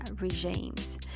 regimes